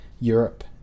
Europe